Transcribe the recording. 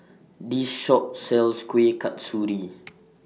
This Shop sells Kuih Kasturi